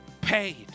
paid